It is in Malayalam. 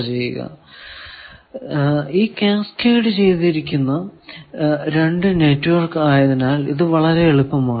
ഇത് കാസ്കേഡ് ചെയ്തിരിക്കുന്ന രണ്ടു നെറ്റ്വർക്ക് ആയതിനാൽ വളരെ എളുപ്പമാണ്